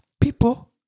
People